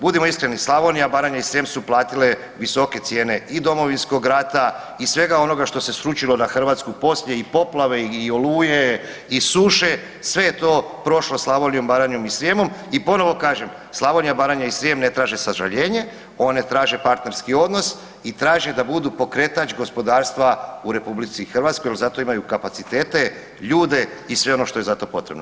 Budimo iskreni Slavonija, Baranja i Srijem su platile visoke cijene i Domovinskog rata i svega onoga što se sručilo na Hrvatsku poslije i poplave i oluje i suše, sve je to prošlo Slavonijom, Baranjom i Srijemom i ponovo kažem Slavonija, Baranja i Srijem ne traže sažaljenje, one traže partnerski odnos i traže da budu pokretač gospodarstva u RH jer za to imaju kapacitete, ljude i sve ono što je za to potrebno.